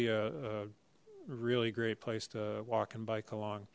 be a really great place to walk and bike along